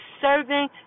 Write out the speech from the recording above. serving